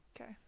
Okay